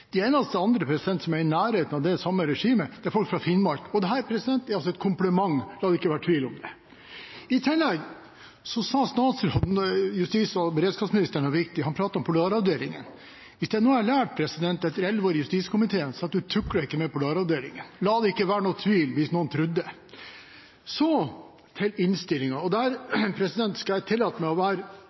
De eneste andre som er i nærheten av det samme regimet, er folk fra Finnmark. Dette er altså et kompliment – la det ikke være tvil om det. Justis- og beredskapsministeren sa i tillegg noe viktig. Han pratet om Polaravdelingen. Hvis det er noe jeg har lært etter elleve år i justiskomiteen, er det at man ikke tukler med Polaravdelingen. La det ikke være noen tvil, hvis noen trodde det. Så til innstillingen. Jeg skal tillate meg å være